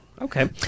okay